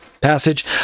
passage